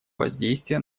воздействие